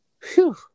Phew